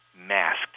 masked